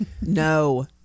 No